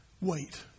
wait